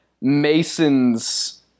mason's